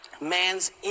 man's